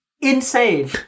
insane